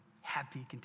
happy